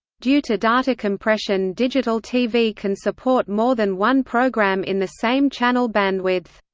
due to data compression digital tv can support more than one program in the same channel bandwidth.